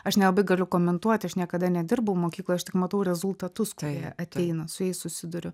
aš nelabai galiu komentuoti aš niekada nedirbau mokyklojaš tik matau rezultatus kurie ateina su jais susiduriu